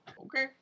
Okay